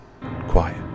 quiet